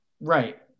right